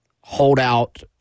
holdout